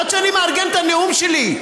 עד שאני מארגן את הנאום שלי.